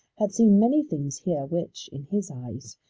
had seen many things here which, in his eyes,